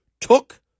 took